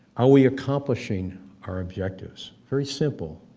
are we accomplishing our objectives? very simple,